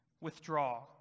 withdraw